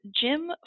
Jim